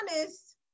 honest